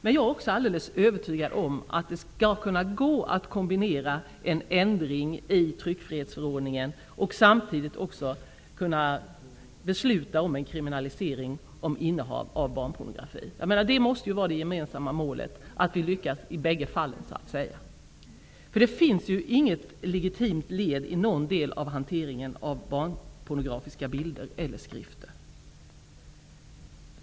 Men jag är också alldeles övertygad om att det skall gå att kombinera en ändring i tryckfrihetsförordningen och samtidigt fatta beslut om en kriminalisering om innehav av barnpornografi. Det gemsamma målet måste ju vara att vi lyckas i bägge fallen. Det finns inget legitimt led i någon del av hanteringen av barnpornografiska bilder och skrifter.